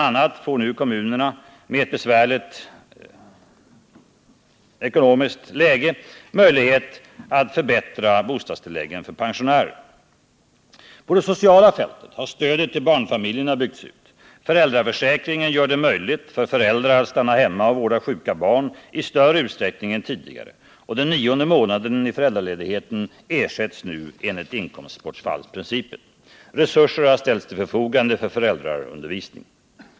a. får nu kommuner med ett besvärligt ekonomiskt läge möjligheter att förbättra bostadstilläggen för pensionärer. På det sociala fältet har stödet till barnfamiljerna byggts ut. Föräldraförsäkringen gör det möjligt för föräldrar att stanna hemma och vårda sjuka barn i större utsträckning än tidigare, och den nionde månaden i föräldraledigheten ersätts nu enligt inkomstbortfallsprincipen. Resurser har ställts till förfogande för föräldraundervisningen.